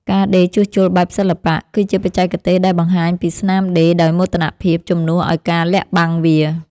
ការដេរជួសជុលបែបសិល្បៈ គឺជាបច្ចេកទេសដែលបង្ហាញពីស្នាមដេរដោយមោទនភាពជំនួសឱ្យការលាក់បាំងវា។